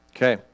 Okay